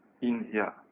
India